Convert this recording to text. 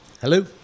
Hello